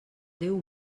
déu